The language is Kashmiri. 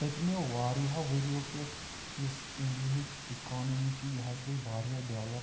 پٔتمیٚو واریاہو ؤریو پٮ۪ٹھ یۄس اِنڈیاہِچ اِکانمی چھِ یہِ حظ گٔے واریاہ ڈیٚولَپ